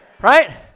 Right